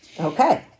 Okay